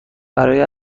برای